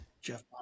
Jeff